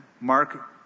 Mark